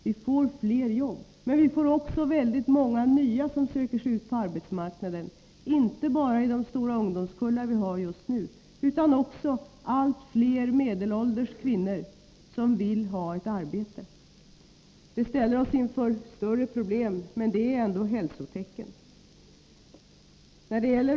Vi får fler jobb, men vi får också väldigt många nya som söker sig ut på arbetsmarknaden — inte bara i de stora ungdomskullar som vi har just nu — utan också allt fler medelålders kvinnor vill ha ett arbete. Det ställer oss inför större problem. Men det är ändå ett hälsotecken.